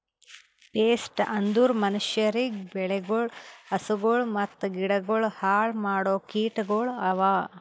pest ಅಂದುರ್ ಮನುಷ್ಯರಿಗ್, ಬೆಳಿಗೊಳ್, ಹಸುಗೊಳ್ ಮತ್ತ ಗಿಡಗೊಳ್ ಹಾಳ್ ಮಾಡೋ ಕೀಟಗೊಳ್ ಅವಾ